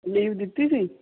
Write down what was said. leave ਦਿੱਤੀ ਸੀ